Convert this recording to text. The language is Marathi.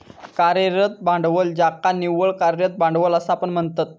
कार्यरत भांडवल ज्याका निव्वळ कार्यरत भांडवल असा पण म्हणतत